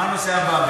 מה הנושא הבא?